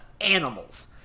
animals